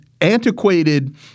antiquated